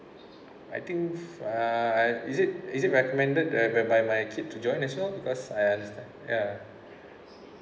I think if ah is it is it recommended that whereby my kid to join as well because I understand ya